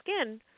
skin